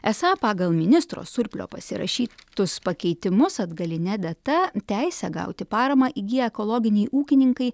esą pagal ministro surplio pasirašytus pakeitimus atgaline data teisę gauti paramą įgiję ekologiniai ūkininkai